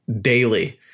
daily